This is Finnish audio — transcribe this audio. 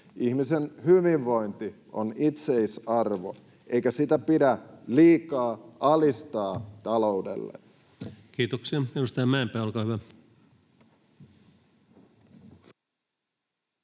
Ihmisen hyvinvointi on itseisarvo, eikä sitä pidä liikaa alistaa taloudelle. Kiitoksia. — Edustaja Mäenpää, olkaa hyvä.